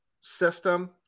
system